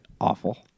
Awful